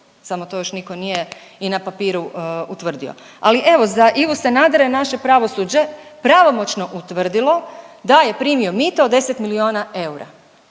samo to još nitko nije i na papiru utvrdio. Ali evo za Ivu Sanadera je naše pravosuđe pravomoćno utvrdilo da je primio mito od 10 milijuna eura